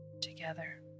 together